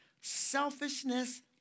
Selfishness